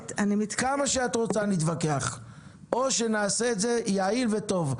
או שנעשה את זה יעיל וטוב.